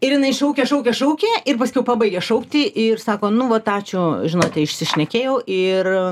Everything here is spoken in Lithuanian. ir jinai šaukia šaukia šaukia ir paskiau pabaigia šaukti ir sako nu vat ačiū žinote išsišnekėjau ir